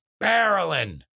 barreling